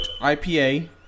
IPA